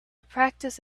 practice